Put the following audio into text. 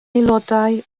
aelodau